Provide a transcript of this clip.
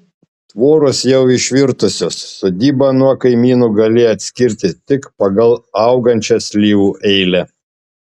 tvoros jau išvirtusios sodybą nuo kaimynų gali atskirti tik pagal augančią slyvų eilę